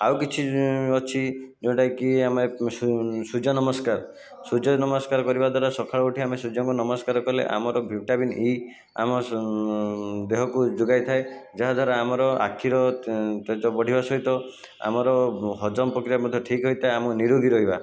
ଆଉ କିଛି ଅଛି ଯେଉଁଟାକି ଆମେ ସୁସୁର୍ଯ୍ୟ ନମସ୍କାର ସୁର୍ଯ୍ୟ ନମସ୍କାର କରିବା ଦ୍ଵାରା ସକାଳୁ ଉଠି ଆମେ ସୁର୍ଯ୍ୟଙ୍କୁ ନମସ୍କାର କଲେ ଆମର ଭିଟାମିନ ଇ ଆମ ଦେହକୁ ଯୋଗାଇ ଥାଏ ଯାହା ଦ୍ଵାରା ଆମର ଆଖିର ତେତେଜ ବଢ଼ିବା ସହିତ ଆମର ହଜମ ପ୍ରକ୍ରିୟା ମଧ୍ୟ ଠିକ୍ ହୋଇଥାଏ ଆମେ ନିରୋଗୀ ରହିବା